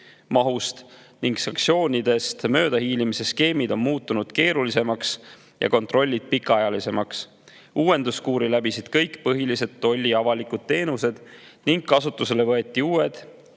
mahust. Sanktsioonidest möödahiilimise skeemid on muutunud keerulisemaks ja kontrollid pikaajalisemaks. Uuenduskuuri läbisid kõik põhilised tolli avalikud teenused ning kasutusele võeti uued